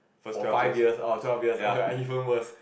for five years or twelve years oh ya even worse